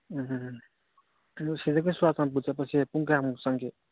ꯎꯝ ꯑꯗꯨ ꯁꯤꯗꯒꯤ ꯆꯨꯔꯆꯥꯟꯄꯨꯔ ꯆꯠꯄꯁꯦ ꯄꯨꯡ ꯀꯌꯥꯃꯨꯛ ꯆꯪꯒꯦ